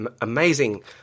amazing